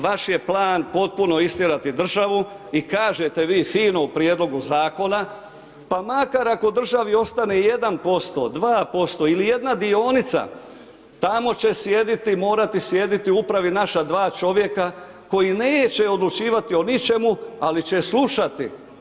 Vaš je plan potpuno istjerati državu i kažete vi fino u prijedlogu zakona pa makar ako državi ostane 1%, 2% ili jedna dionica tamo će sjediti, morati sjediti u upravi naša dva čovjeka koji neće odlučivati o ničemu ali će slušati.